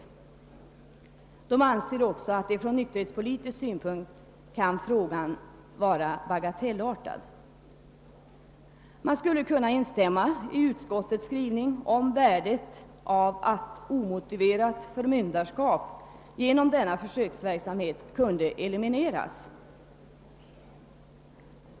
Utskottet anser också att från nykterhetspolitisk synpunkt kan frågan anses vara bagatellartad. Man skulle kunna instämma i utskottets skrivning, om värdet av ett omotiverat förmynderskap genom denna försöksverksamhet kunde elimineras.